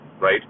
right